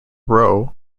rowe